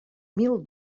mil